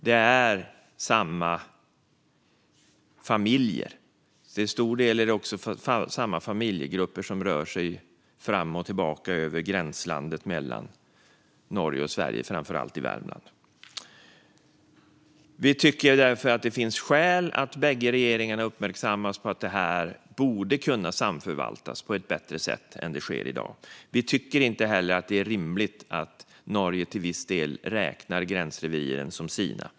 Det är samma familjer. Det är också till stor del samma familjegrupper som rör sig fram och tillbaka över gränsen mellan Norge och Sverige, framför allt i Värmland. Vi tycker därför att det finns skäl för att båda regeringarna uppmärksammas på att det borde kunna samförvaltas på ett bättre sätt än i dag. Vi tycker inte heller att det är rimligt att Norge till viss del räknar gränsreviren som sina.